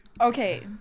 okay